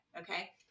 okay